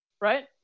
right